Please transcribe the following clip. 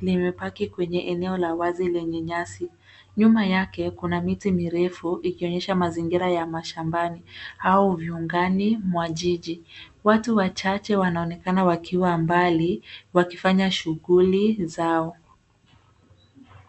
limepaki kwenye eneo la wazi lenye nyasi. Nyuma yeke kuna miti mirefu, ikionyesha mazingira ya mashambani au viungani mwa jiji. Watu wachache wanaonekana wakiwa mbali, wakifanya shughuli zao.